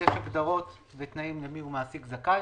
יש הגדרות ותנאים מיהו מעסיק זכאי,